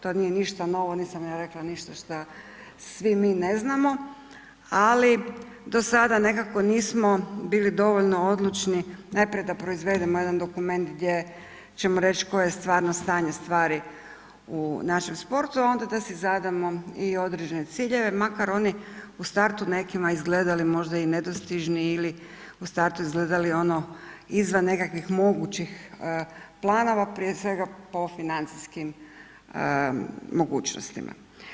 To nije ništa novo, nisam ja rekla ništa šta svi mi ne znamo ali do sada nekako nismo bili dovoljno odlučni, najprije da proizvedemo jedan dokument gdje ćemo reći koje je stvarno stanje stvari u našem sportu a onda da si zadamo i određene ciljeve makar oni u startu nekima izgledali možda i nedostižni ili u startu izgledali ono, izvan nekakvih mogućih planova prije svega po financijskim mogućnostima.